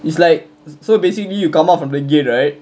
it's like so basically you come out from the gate right